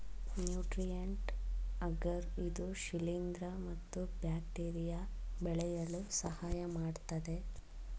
nutrient agar ಇದು ಶಿಲಿಂದ್ರ ಮತ್ತು ಬ್ಯಾಕ್ಟೀರಿಯಾ ಬೆಳೆಯಲು ಸಹಾಯಮಾಡತ್ತದೆ